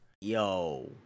Yo